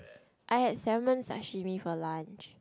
I had salmon sashimi for lunch